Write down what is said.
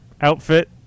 outfit